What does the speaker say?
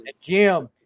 Jim